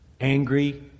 angry